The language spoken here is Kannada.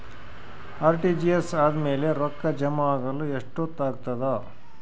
ಆರ್.ಟಿ.ಜಿ.ಎಸ್ ಆದ್ಮೇಲೆ ರೊಕ್ಕ ಜಮಾ ಆಗಲು ಎಷ್ಟೊತ್ ಆಗತದ?